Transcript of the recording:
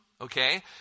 okay